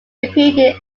appeared